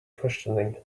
questioning